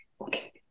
Okay